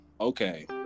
okay